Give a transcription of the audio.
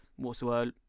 Whatsoever